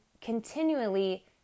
continually